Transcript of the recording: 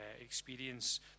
experience